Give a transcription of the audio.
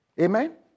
Amen